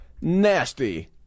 nasty